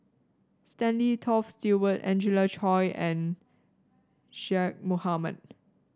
Stanley Toft Stewart Angelina Choy and Zaqy Mohamad